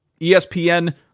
ESPN